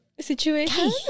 Situation